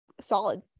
solid